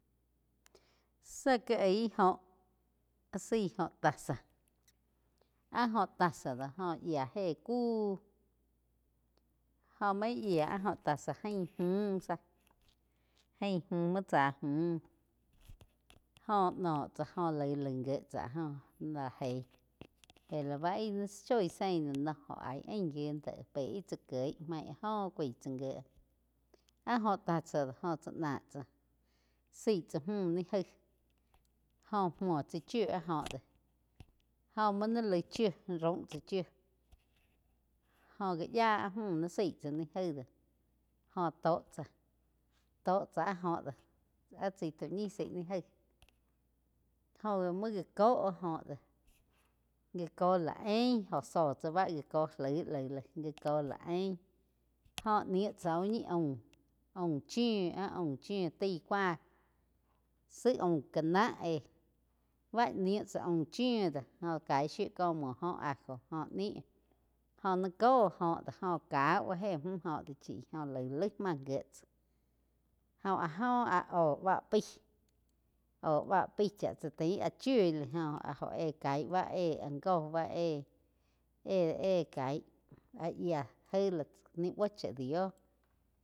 Zá ká aig óh áh zaih óh tasa, áh óh tasa do óh yíah éh kúh jo maín yía áh óh tasa ain múh záh áun múh muo tsá múh joh noh tsá joh laig, liagg gié tsá áh joh lá geíh pe lá ih shoi zein la noh, óh aig ain gi déh peh íh tsá kieg máh áh go cúaig tsá gie áh góh tasa do jóh tsá náh tsá zaí tsá múh ni gaih jóh múo tsá chíu áh óh de óh múo naih laig chíu raum tsá chíu jóg gá yía áh múh zaí tsá ni gaí do óh tó chá. Tó cha áh joh do áh chaí tau ñi zaíg ni gaí jó múo gá có áh joh do gi cóh lá eín óh zó tsá bá ga cóh laig, laig gá cóh la ein, óh niu tsá úh ñi aum, aum chíu áh aum chiu taí cúa tsi aúm ká ná eh, bá níu tsá aum chíu do. Jo caig shíu cíh múo ohh ajo óho nih joh ni cóh óh do joh caú áh éh múh có do chi jó laí, laii máh gíe tsáh. Óh áh joh áh óhh bá paí óh bá pai chá tsá tain áh chiu li oh áh óh éh caig báh éh goh bá éh-eh-eh caig áh yíah gaí la ni búo cha dio.